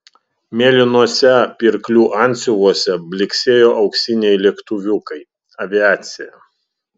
mėlynuose pirklių antsiuvuose blyksėjo auksiniai lėktuviukai aviacija